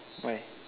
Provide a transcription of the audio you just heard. why